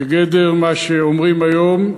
בגדר מה שאומרים היום: